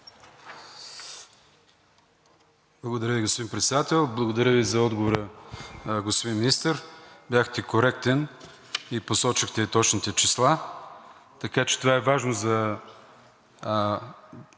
Благодаря Ви, господин Председател. Благодаря Ви за отговора, господин Министър. Бяхте коректен и посочихте точните числа, така че това е важно за